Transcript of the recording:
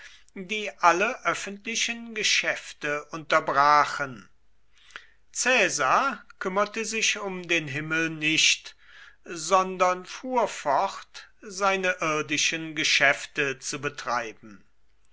die alle öffentlichen geschäfte unterbrachen caesar kümmerte sich um den himmel nicht sondern fuhr fort seine irdischen geschäfte zu betreiben